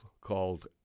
called